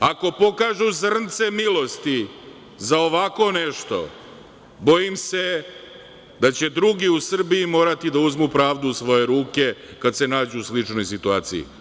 Ako pokažu zrnce milosti za ovako nešto, bojim se da će drugi u Srbiji morati da uzmu pravdu u svoje ruke kad se nađu u sličnoj situaciji.